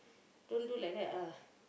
don't do like that ah